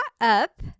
up